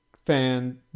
fan